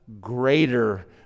greater